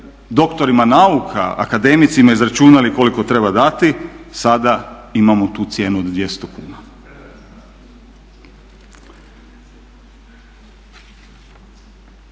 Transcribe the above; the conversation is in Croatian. doktorima nauka, akademicima izračunali koliko treba dati sada imamo tu cijenu od 200 kuna.